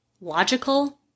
logical